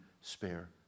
spare